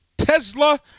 Tesla